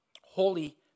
holy